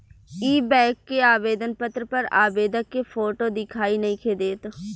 इ बैक के आवेदन पत्र पर आवेदक के फोटो दिखाई नइखे देत